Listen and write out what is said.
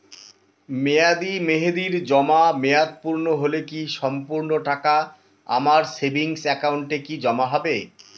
মেয়াদী মেহেদির জমা মেয়াদ পূর্ণ হলে কি সম্পূর্ণ টাকা আমার সেভিংস একাউন্টে কি জমা হবে?